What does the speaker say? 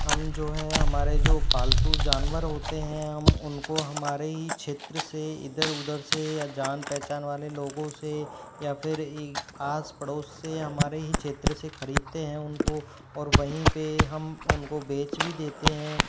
हम जो हैं हमारे जो पालतू जानवर होते हैं हम उनको हमारे ही क्षेत्र से इधर उधर से या जान पहचान वाले लोगों से या फिर ही आस पड़ोस से हमारे ही क्षेत्र से ख़रीदते हैं उनको और वहीं पर हम उनको बेच भी देते हैं